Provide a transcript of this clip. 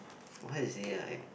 what is it ah I